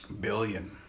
Billion